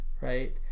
right